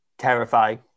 terrifying